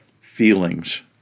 feelings